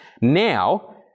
now